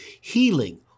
healing